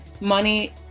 money